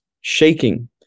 shaking